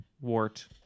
wart